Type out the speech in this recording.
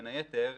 בין היתר,